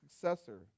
successor